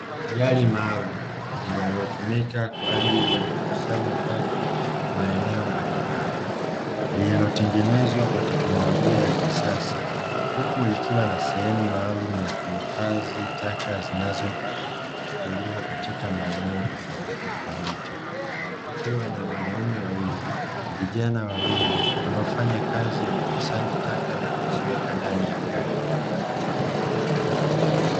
Gari maalumu linalotumika kwajili ya kukusanya taka maeneo mbalimbali lililotengenezwa kwa teknolojia ya kisas,a huku ikiwa na sehemu maalumu ya kuhifadhi taka zinazo chukuliwa katika maeneo tofauti tofauti, kukiwa na wanaume wawili vijana wawili wanafanya kazi ya kukusanya taka na kuziweka ndani ya gari hilo.